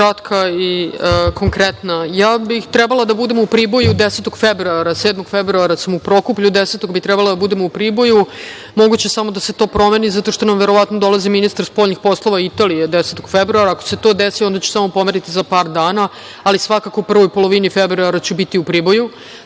kratka i konkretna. Ja bih trebala da budem u Priboju 10. februara, 7. februara sam u Prokuplju. Moguće je samo da se to promeni, zato što nam verovatno dolazi ministar spoljnih poslova Italije, 10. februara. Ako se to desi, onda ću samo pomeriti za par dana, ali, svakako ću u prvoj polovini februara biti u Priboju,